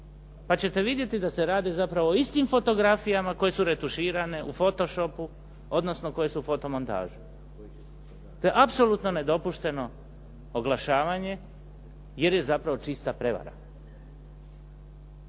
pa ćete vidjeti da se radi zapravo o istim fotografijama koje su retuširane u fotoshopu, odnosno koje su fotomontaža. To je apsolutno nedopušteno oglašavanje jer je zapravo čista prevara.